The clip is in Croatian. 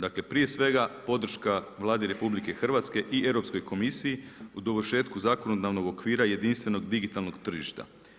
Dakle prije svega podrška Vladi RH i Europskoj komisiji u dovršetku zakonodavnog okvira jedinstvenog digitalnog tržišta.